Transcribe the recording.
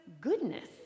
goodness